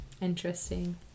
Interesting